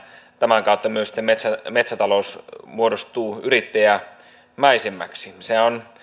tämän kautta myös sitten metsätalous muodostuu yrittäjämäisemmäksi sehän on